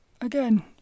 Again